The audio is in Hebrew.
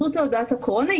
אז זו תעודת הקורונה,